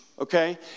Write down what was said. okay